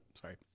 sorry